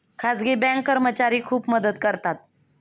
खाजगी बँक कर्मचारी खूप मदत करतात